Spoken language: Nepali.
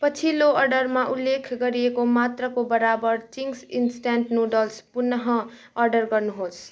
पछिल्लो अर्डरमा उल्लेख गरिएको मात्राको बराबर चिङ्स इन्स्ट्यान्ट नुडल्स पुन अर्डर गर्नुहोस्